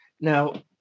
Now